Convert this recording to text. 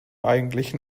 eigentlichen